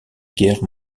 guerre